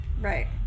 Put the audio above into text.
right